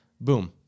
Boom